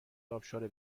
ابشار